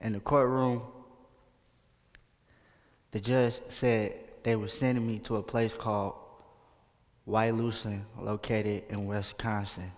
and the court room they just say they were sending me to a place called y loosely located in wisconsin